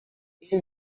این